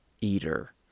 eater